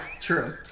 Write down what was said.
true